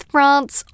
France